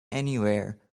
anywhere